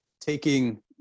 taking